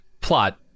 plot